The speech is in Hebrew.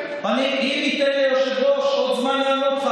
עם אנשים דתיים ועם אנשים שאינם דתיים,